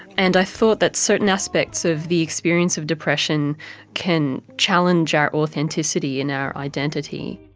and i thought that certain aspects of the experience of depression can challenge our authenticity and our identity.